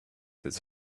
his